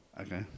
Okay